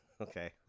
Okay